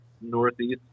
northeast